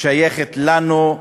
שייכת לנו,